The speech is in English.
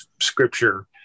Scripture